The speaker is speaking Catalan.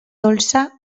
dolça